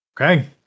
Okay